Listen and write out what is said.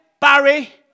barry